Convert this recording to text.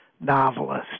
novelist